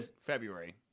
February